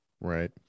right